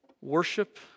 Worship